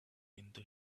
into